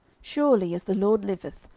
surely, as the lord liveth,